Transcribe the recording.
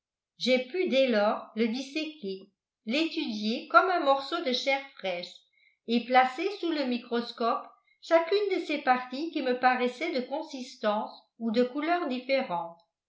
j'ai pu dès lors le disséquer l'étudier comme un morceau de chair fraîche et placer sous le microscope chacune de ses parties qui me paraissait de consistance ou de couleur différente